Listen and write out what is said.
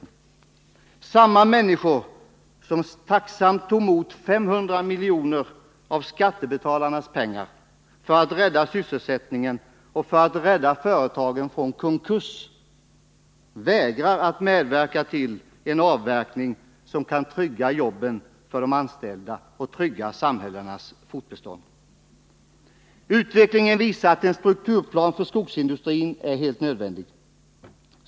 Samma människor som tacksamt tog emot 500 miljoner av skattebetalarnas pengar för att rädda sysselsättningen och företagen från konkurs vägrar att medverka till en avverkning som kan trygga jobben för de anställda och samhällenas fortbestånd. Utvecklingen visar att en strukturplan för skogsindustrin är helt nödvändig.